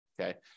okay